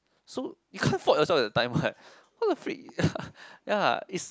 so you can't fought yourself at that time what what the freak ya it's